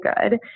good